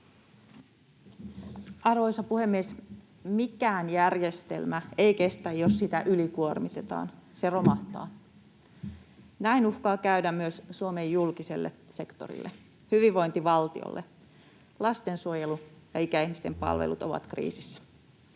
Arvoisa puhemies! Mikään järjestelmä ei kestä, jos sitä ylikuormitetaan. Se romahtaa. Näin uhkaa käydä myös Suomen julkiselle sektorille, hyvinvointivaltiolle. Lastensuojelu ja ikäihmisten palvelut ovat kriisissä.